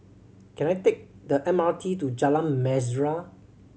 can I take the M R T to Jalan Mesra